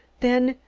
then,